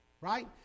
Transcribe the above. right